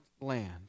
land